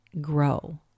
grow